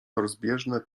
rozbieżne